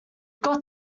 got